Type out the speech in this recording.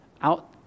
Out